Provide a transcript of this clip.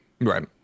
Right